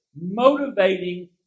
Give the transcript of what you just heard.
motivating